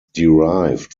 derived